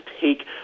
take